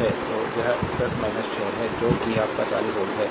6 तो यह 10 6 है जो कि your 40 वोल्ट है